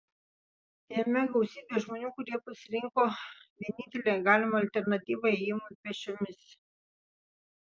jame gausybė žmonių kurie pasirinko vienintelę galimą alternatyvą ėjimui pėsčiomis